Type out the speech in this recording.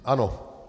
Ano.